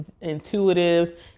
intuitive